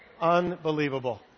Unbelievable